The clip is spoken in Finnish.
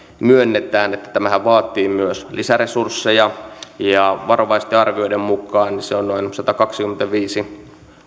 myönnetään että tämähän vaatii myös lisäresursseja varovaisten arvioiden mukaan se on noin satakaksikymmentäviisi